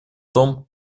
том